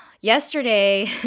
yesterday